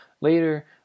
later